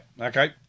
okay